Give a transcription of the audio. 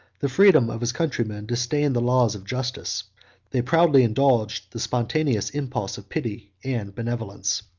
the freedom of his countrymen disdained the laws of justice they proudly indulged the spontaneous impulse of pity and benevolence.